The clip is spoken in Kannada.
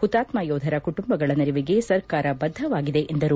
ಹುತಾತ್ಮ ಯೋಧರ ಕುಟುಂಬಗಳ ನೆರವಿಗೆ ಸರ್ಕಾರ ಬದ್ದವಾಗಿದೆ ಎಂದರು